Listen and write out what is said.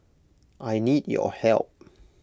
I need your help